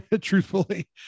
truthfully